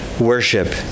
worship